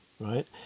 right